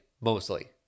mostly